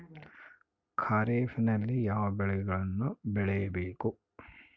ಖಾರೇಫ್ ನಲ್ಲಿ ಯಾವ ಬೆಳೆಗಳನ್ನು ಬೆಳಿಬೇಕು?